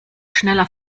schneller